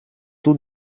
tout